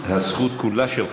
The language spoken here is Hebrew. הזכות כולה שלך.